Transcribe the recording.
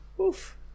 Oof